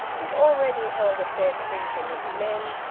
it already held a fair sprinkling of men,